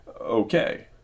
okay